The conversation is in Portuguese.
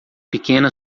pequena